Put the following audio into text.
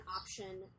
option